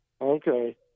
okay